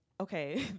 okay